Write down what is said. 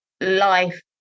life